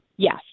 Yes